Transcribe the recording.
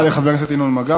תודה לחבר הכנסת ינון מגל.